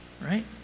right